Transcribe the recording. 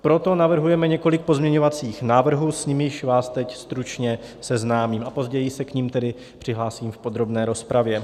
Proto navrhujeme několik pozměňovacích návrhů, s nimiž vás teď stručně seznámím, a později se k nim tedy přihlásím v podrobné rozpravě.